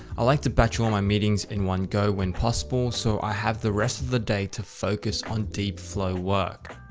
i like to batch all my meetings in one go when possible. so i have the rest of the day to focus on deep flow work.